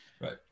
Right